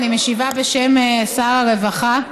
אני משיבה בשם שר הרווחה.